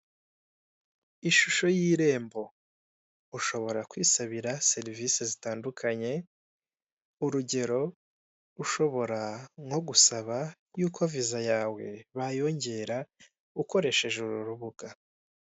Ishusho y'irembo. Ushobora kwisabire serivise zitandukanye, urugero; ushobora nko gusaba yuko viza yawe bayongera, ukoresheje uru rubuga.